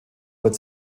wird